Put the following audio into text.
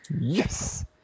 Yes